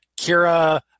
kira